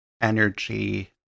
energy